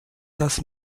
dass